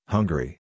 Hungary